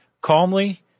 calmly